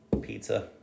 pizza